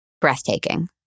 breathtaking